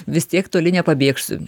vis tiek toli nepabėgsiu